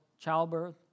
childbirth